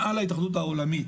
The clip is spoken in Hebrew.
הוא מעל ההתאחדות העולמית.